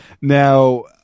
Now